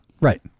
right